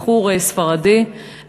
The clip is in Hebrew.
לבחור ספרדי,